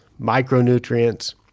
micronutrients